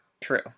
True